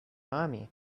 army